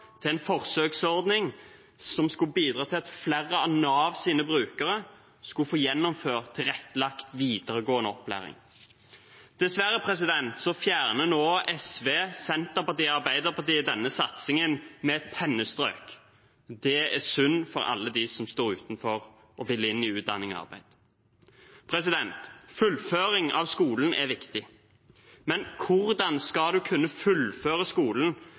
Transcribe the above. til en forsøksordning som skulle bidra til at flere av Navs brukere skulle få gjennomført tilrettelagt videregående opplæring. Dessverre fjerner nå SV, Senterpartiet og Arbeiderpartiet denne satsingen med et pennestrøk. Det er synd for alle dem som står utenfor og vil inn i utdanning og arbeid. Fullføring av skolen er viktig, men hvordan skal en kunne fullføre skolen